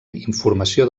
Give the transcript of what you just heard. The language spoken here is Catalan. informació